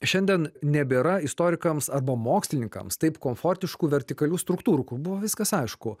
šiandien nebėra istorikams arba mokslininkams taip komfortiškų vertikalių struktūrų kur buvo viskas aišku